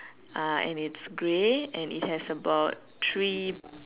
uh and it's grey and it has about three